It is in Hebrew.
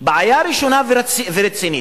בעיה ראשונה ורצינית,